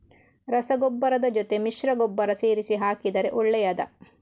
ರಸಗೊಬ್ಬರದ ಜೊತೆ ಮಿಶ್ರ ಗೊಬ್ಬರ ಸೇರಿಸಿ ಹಾಕಿದರೆ ಒಳ್ಳೆಯದಾ?